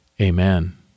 Amen